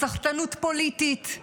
בסחטנות פוליטית,